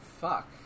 fuck